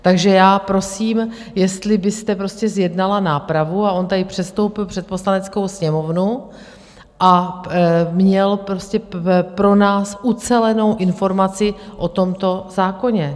Takže já prosím, jestli byste prostě zjednala nápravu a on tady přestoupil před Poslaneckou sněmovnu a měl prostě pro nás ucelenou informaci o tomto zákoně.